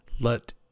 let